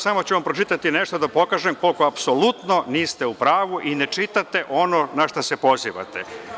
Samo ću vam pročitati nešto da pokažem da apsolutno niste u pravu i ne čitate ono na šta se pozivate.